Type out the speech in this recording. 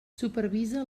supervisa